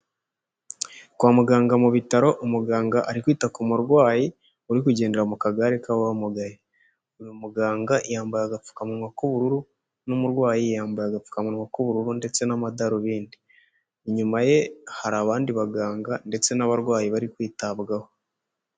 Kwa muganga mu bitaro umuganga ari kwita ku murwayi uri kugendera mu kagare k'abamugaye, uyu muganga yambaye agapfukamunwa k'ubururu n'umurwayi yambaye agapfukamunwa k'ubururu ndetse n'amadarubindi, inyuma ye hari abandi baganga ndetse n'abarwayi bari kwitabwaho.